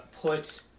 put